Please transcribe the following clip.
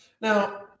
Now